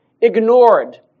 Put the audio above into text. ignored